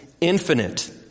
infinite